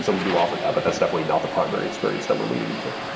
so we do offer that, but that's definitely not the primary experience that we're leaning into.